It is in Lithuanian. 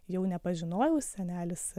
jau nepažinojau senelis